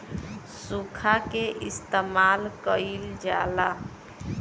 सुखा के इस्तेमाल कइल जाला